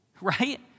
right